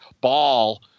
ball